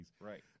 Right